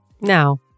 Now